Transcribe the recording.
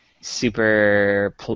super